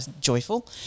joyful